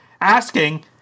asking